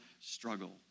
struggle